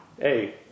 hey